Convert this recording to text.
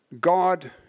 God